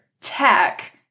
Tech